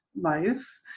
Life